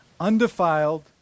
undefiled